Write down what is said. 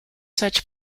such